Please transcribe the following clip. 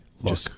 Look